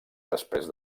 després